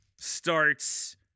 starts